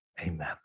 Amen